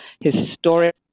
historic